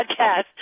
podcast